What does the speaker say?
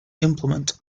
implement